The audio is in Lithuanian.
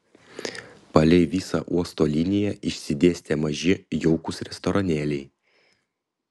palei visą uosto liniją išsidėstę maži jaukūs restoranėliai